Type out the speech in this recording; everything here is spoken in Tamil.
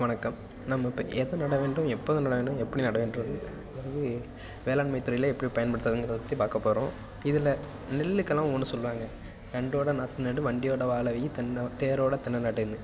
வணக்கம் நம்ம இப்போ எதை நடவேண்டும் எப்போது நடவேண்டும் எப்படி நடவேண்டும் வேளாண்மை துறையில் எப்படி பயன்படுத்துகிறதுங்குறது பற்றி பார்க்கபோறோம் இதில் நெல்லுக்கெல்லாம் ஒவ்வொன்று சொல்லுவாங்க நண்டோட நாற்று நடு வண்டியோட வாழை வை தென்ன தேரோட தென்னை நடுனு